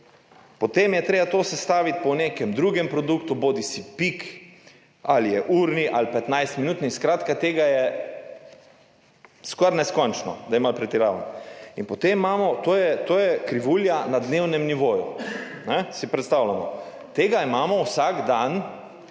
Potem je treba to sestaviti po nekem drugem produktu, peak je urni ali 15-minutni, skratka, tega je skoraj neskončno, če malo pretiravam. To je krivulja na dnevnem nivoju, si predstavljamo, tega imamo vsak dan